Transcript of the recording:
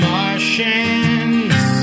Martians